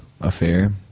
affair